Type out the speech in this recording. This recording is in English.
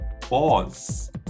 pause